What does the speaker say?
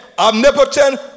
Omnipotent